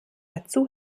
dazu